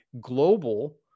global